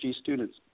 students